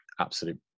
absolute